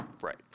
Right